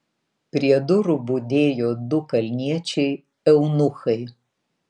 prie durų budėjo du kalniečiai eunuchai